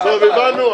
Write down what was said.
טוב, הבנו.